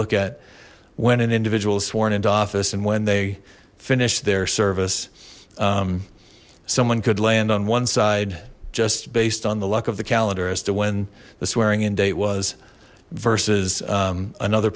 look at when an individual's sworn into office and when they finished their service someone could land on one side just based on the luck of the calendar as to when the swearing in date was versus another